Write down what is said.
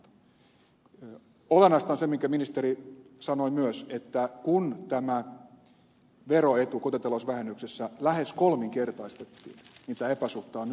olennaista on se minkä ministeri sanoi myös että kun veroetu kotitalousvähennyksessä lähes kolminkertaistettiin niin tämä epäsuhta on nyt huutava